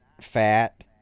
fat